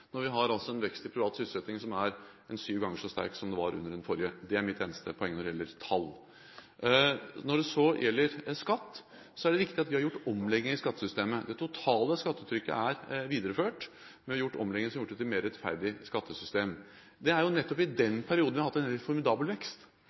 når vi har en vekst i privat sysselsetting som er ca. syv ganger så sterk som det den var under den forrige. Det er mitt eneste poeng når det gjelder tall. Når det gjelder skatt, er det riktig at vi har gjort omlegginger i skattesystemet. Det totale skattetrykket er videreført, men vi har gjort omlegginger som har gjort skattesystemet mer rettferdig. Det er nettopp i den